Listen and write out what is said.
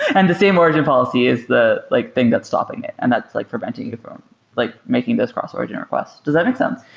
and the same origin policy is the like thing that's stopping it and that's like preventing you from like making this cross-origin request. does that make sense?